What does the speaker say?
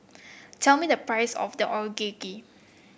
tell me the price of the Onigiri